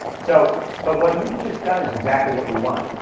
so but what you've just done is exactly what we want.